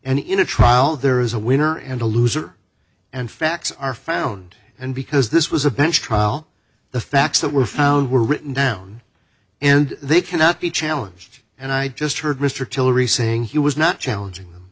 and in a trial there is a winner and a loser and facts are found and because this was a bench trial the facts that were found were written down and they cannot be challenged and i just heard mr tillery saying he was not challenging